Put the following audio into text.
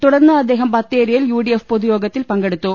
തുടർന്ന് അദ്ദേഹം ബത്തേരിയിൽ യു ഡി എഫ് പൊതുയോഗ ത്തിൽ പങ്കെടുത്തു